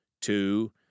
Two